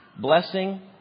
blessing